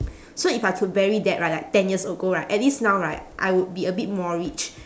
so if I could bury that right like ten years ago right at least now right I would be a bit more rich